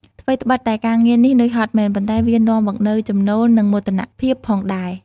ថ្វីត្បិតតែការងារនេះនឿយហត់មែន ប៉ុន្តែវានាំមកនូវចំណូល និងមោទនភាពផងដែរ។